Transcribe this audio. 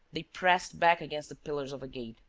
they pressed back against the pillars of a gate.